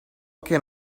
can